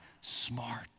smart